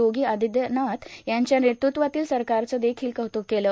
योगी अदित्यनाथ यांच्या नेतृत्वातील सरकारचं देखिल कौतुक केलं